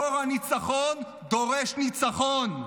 דור הניצחון דורש ניצחון.